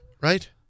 Right